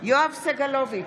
יואב סגלוביץ'